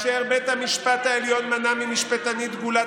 וכאשר בית המשפט העליון מנע ממשפטנית דגולה,